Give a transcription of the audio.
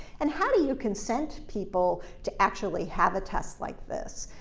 and how do you consent people to actually have a test like this?